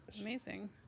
amazing